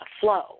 flow